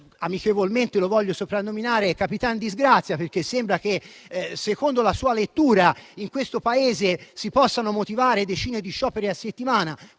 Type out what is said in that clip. Amichevolmente lo voglio soprannominare capitan disgrazia, perché sembra che, secondo la sua lettura, in questo Paese si possano motivare decine di scioperi a settimana,